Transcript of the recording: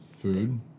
Food